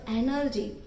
energy